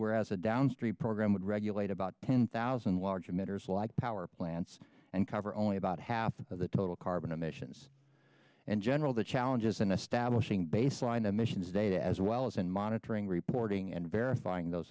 whereas a downstream program would regulate about ten thousand large emitters like power plants and cover only about half of the total carbon emissions and general the challenges in establishing baseline emissions data as well as in monitoring reporting and verifying those